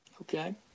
Okay